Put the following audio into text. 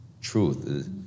truth